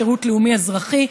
שירות לאומי-אזרחי,